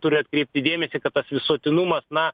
turi atkreipti dėmesį kad tas visuotinumas na